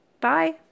Bye